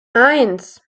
eins